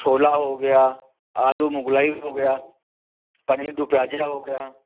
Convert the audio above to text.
छोला हो गया आलू मुगलई हो गया पनीर दो प्याज़ा हो गया